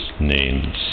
name's